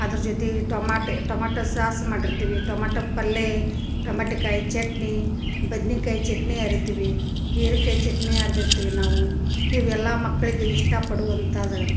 ಅದರ ಜೊತೆ tomato tomato sauce ಮಾಡಿರ್ತೀವಿ ಟೊಮಾಟ ಪಲ್ಯ ಟಮಟೆ ಕಾಯಿ ಚಟ್ನಿ ಬದ್ನಿಕಾಯಿ ಚಟ್ನಿ ಅರೀತೀವಿ ಹೀರಿಕಾಯಿ ಚಟ್ನಿ ಅರ್ದಿರ್ತೀವಿ ನಾವು ಇವೆಲ್ಲ ಮಕ್ಕಳಿಗೆ ಇಷ್ಟಪಡುವಂತಾದ